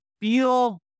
feel